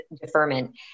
deferment